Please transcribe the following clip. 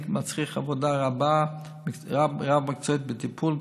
מצריך עבודה רבה רב-מקצועית בטיפול,